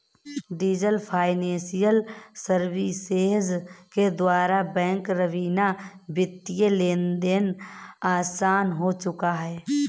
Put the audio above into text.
diesel financial services के द्वारा bank रवीना वित्तीय लेनदेन आसान हो चुका है